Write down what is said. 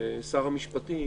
שר המשפטים